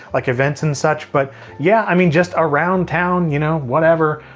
like events and such. but yeah, i mean just around town, you know whatever.